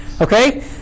okay